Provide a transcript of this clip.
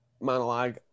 monologue